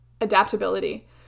Adaptability